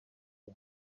rya